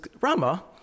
Rama